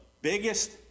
biggest